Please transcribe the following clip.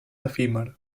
efímer